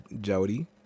Jody